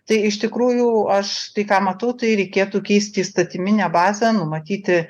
tai iš tikrųjų aš tai ką matau tai reikėtų keisti įstatyminę bazę numatyti